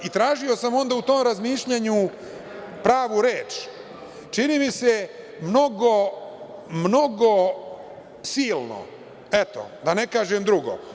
Tražio sam onda u tom razmišljanju pravu reč, čini mi se, mnogo, mnogo, silno, eto, da ne kažem drugo.